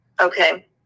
Okay